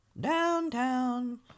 Downtown